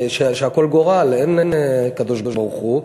אין קדוש-ברוך-הוא,